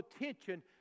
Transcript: attention